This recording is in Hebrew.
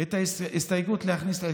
את ההסתייגות להכניס,